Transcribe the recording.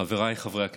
חבריי חברי הכנסת,